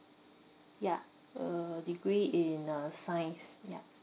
ya uh degree in uh science ya